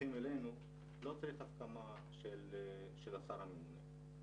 שסמוכים אלינו לא צריך הסכמה של השר הממונה.